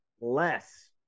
less